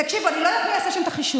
תקשיבו, אני לא יודעת מי עשה שם את החישוב.